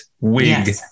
wig